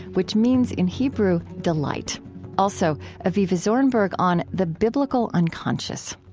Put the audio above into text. which means, in hebrew, delight also avivah zornberg on the biblical unconscious.